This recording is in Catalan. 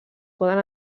poden